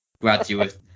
graduate